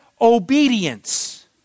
obedience